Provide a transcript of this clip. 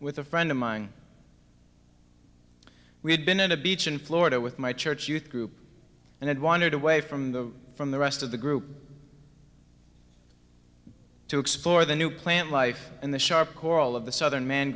with a friend of mine we had been in a beach in florida with my church youth group and had wandered away from the from the rest of the group to explore the new plant life in the sharp coral of the southern m